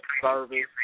service